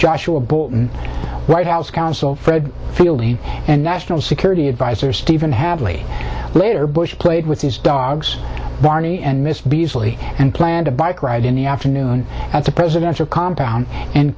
joshua bolten white house counsel fred fielding and national security adviser stephen hadley later bush played with the dogs barney and miss beasley and planned a bike ride in the afternoon at the presidential compound and